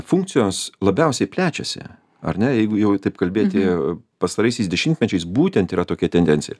funkcijos labiausiai plečiasi ar ne jeigu jau taip kalbėti pastaraisiais dešimtmečiais būtent yra tokia tendencija